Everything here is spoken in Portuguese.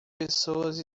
pessoas